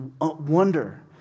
wonder